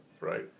right